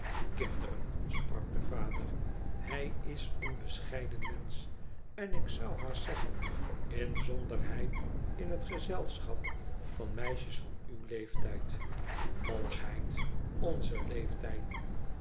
kinderen sprak de vader hij is een bescheiden meüsch en ik zou haast zeggen inzonderheid in het gezelschap van meisjes van uw leeftijd malugheid onze leeftijd